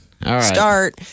Start